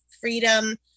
freedom